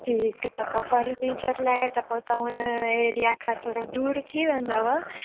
ठीकु त पोइ फर्नीचर लाइ त पोइ उन एरिया खां थोरो दूर थी वेंदव